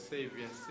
Savior